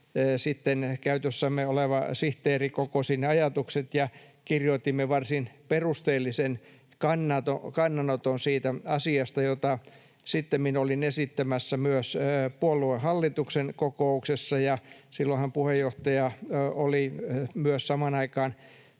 sitten käytössämme ollut sihteeri kokosi ne ajatukset ja kirjoitimme varsin perusteellisen kannanoton siitä asiasta, jota sittemmin olin esittämässä myös puoluehallituksen kokouksessa — silloinhan puheenjohtaja oli myös samaan aikaan